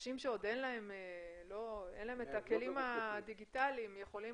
שאנשים שאין להם עדיין את הכלים הדיגיטליים יכולים